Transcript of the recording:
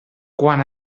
quan